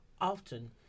often